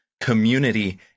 community